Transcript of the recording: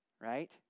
right